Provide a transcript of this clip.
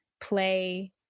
play